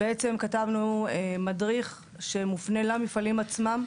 כתבנו מדריך שמופנה למפעלים עצמם,